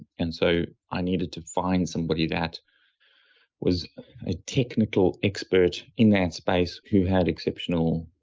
and so i needed to find somebody that was a technical expert in that space, who had exceptional